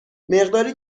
مقداری